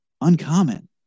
Uncommon